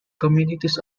communities